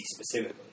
specifically